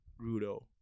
Rudo